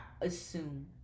assume